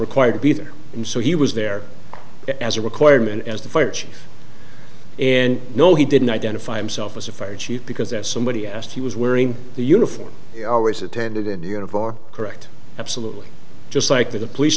required to be there and so he was there as a requirement as the fire chief and no he didn't identify himself as a fire chief because as somebody asked he was wearing the uniform always attended indiana for correct absolutely just like the police